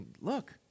look